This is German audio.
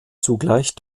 zugleich